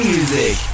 Music